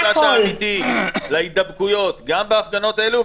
חשש אמיתי להידבקויות גם בהפגנות האלו,